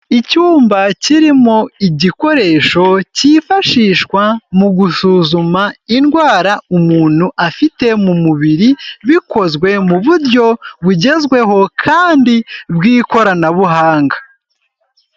Icyumba kirimo igikoresho cyifashishwa mu gusuzuma indwara umuntu afite mu mubiri, bikozwe mu buryo bugezweho kandi bw'ikoranabuhanga.